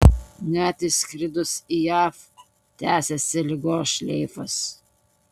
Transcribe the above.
net išskridus į jav tęsėsi ligos šleifas